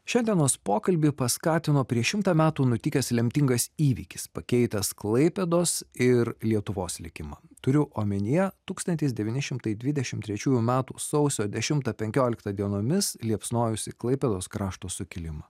šiandienos pokalbį paskatino prieš šimtą metų nutikęs lemtingas įvykis pakeitęs klaipėdos ir lietuvos likimą turiu omenyje tūkstantis devyni šimtai dvidešim trečiųjų metų sausio dešimtą penkioliktą dienomis liepsnojusį klaipėdos krašto sukilimą